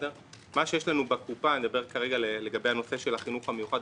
אני מדבר על הנושא של החינוך המיוחד,